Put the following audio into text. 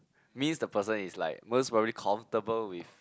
means the person is like most probably comfortable with